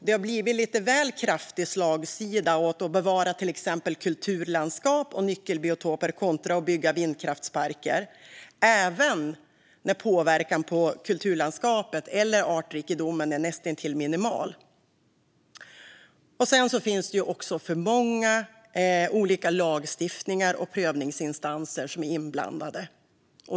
Det har blivit lite väl kraftig slagsida åt att bevara till exempel kulturlandskap och nyckelbiotoper kontra att bygga vindkraftsparker, även när påverkan på kulturlandskapet eller artrikedomen är näst intill minimal. Det finns också för många olika lagstiftningar och prövningsinstanser inblandade.